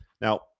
Now